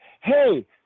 hey